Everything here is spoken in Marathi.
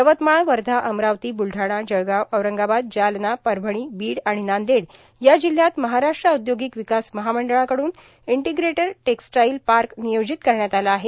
यवतमाळ वधा अमरावती ब्रलढाणा जळगाव औरंगाबाद जालना परभणी बीड नांदेड या जिल्ह्यात महाराष्ट्र औदर्योगिक र्विकास महामंडळाकडून इंटोग्रेटर टेक्सटाइल पाक ानयोजित करण्यात आला आहे